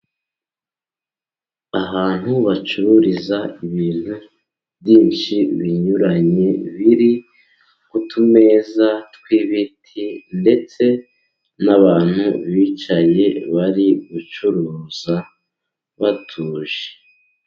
Ahantu bacururiza ibintu byinshi binyuranye, biri ku tumeza tw'ibiti ndetse n'abantu bicaye bari gucuruza batuje.